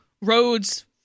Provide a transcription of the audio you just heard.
roads